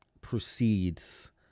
proceeds